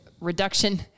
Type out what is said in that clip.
Reduction